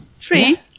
three